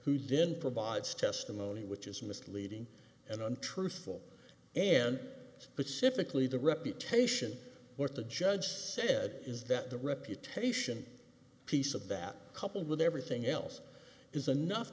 didn't provides testimony which is misleading and untruthful and specifically the reputation what the judge said is that the reputation piece of that coupled with everything else is enough